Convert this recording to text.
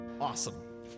Awesome